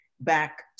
back